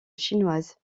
chinoise